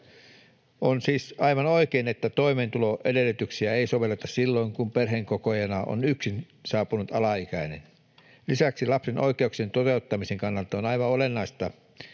On siis aivan oikein, että toimeentuloedellytyksiä ei sovelleta silloin, kun perheenkokoajana on yksin saapunut alaikäinen. Lisäksi lapsen oikeuksien toteuttamisen kannalta on aivan olennaista,